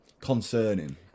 concerning